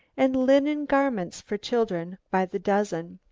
and linen garments for children by the dozen.